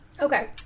Okay